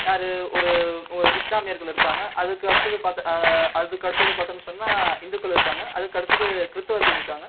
யார் ஒரு இஸ்லாமியர்கள் இருக்காங்க அதுக்கு அடுத்தது பார்த்தா அதுக்கு அடுத்தது பார்த்தோம்ன்னு சொன்னால் இந்துக்கள் இருக்காங்க அதுக்கு அடுத்தது கிறித்துவர்கள் இருக்காங்க